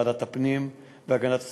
ועדת הפנים והגנת הסביבה.